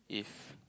if